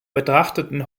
betrachteten